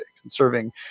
conserving